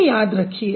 इसे याद रखिए